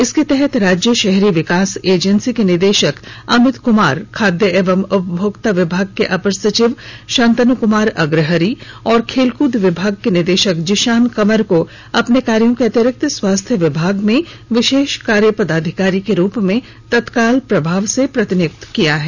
इसके तहत राज्य शहरी विकास एजेंसी के निदेशक अमित कुमार खाद्य एवं उपभोक्ता विभाग के अपर सचिव शांतनु कुमार अग्रहरि और खेलकूद विभाग के निदेशक जिशान कमर को अपने कार्यो के अतिरिक्त स्वास्थ्य विभाग में विशेष कार्य पदाधिकारी के रूप में तत्काल प्रभाव से प्रतिनियुक्त किया गया है